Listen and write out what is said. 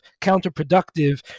counterproductive